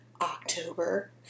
October